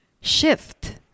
Shift